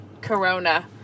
corona